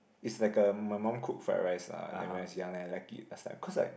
it's like a my mum cook fried rice lah then when I was young then I like it that's like cause like